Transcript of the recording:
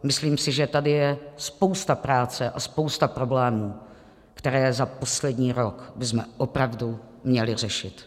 Myslím si, že tady je spousta práce a spousta problémů, které za poslední rok bychom opravdu měli řešit.